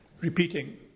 repeating